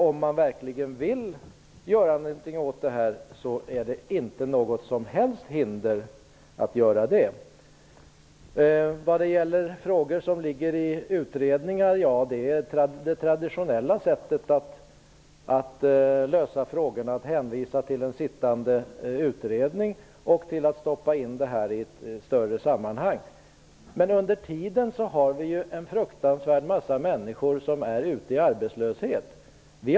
Om man verkligen vill göra något åt detta, finns det inget som helst hinder att göra det. Det traditionella sättet att besvara frågor är att hänvisa till en sittande utredning och att stoppa in frågorna i ett större sammanhang. Men under tiden finns det en fruktansvärd massa människor som befinner sig ute i arbetslöshet.